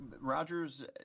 Rogers